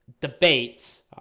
debates